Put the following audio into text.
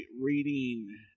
reading